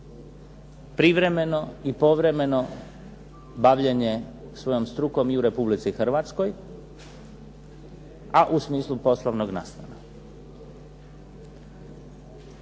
privremeno i povremeno bavljenje svojom strukom i u Republici Hrvatskoj, a u smislu poslovnog nastana.